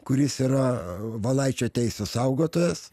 kuris yra valaičio teisių saugotojas